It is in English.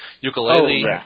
ukulele